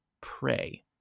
pray